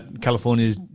California's